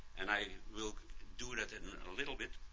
and i will do that in a little bit,